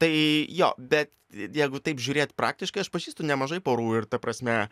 tai jo bet jeigu taip žiūrėt praktiškai aš pažįstu nemažai porų ir ta prasme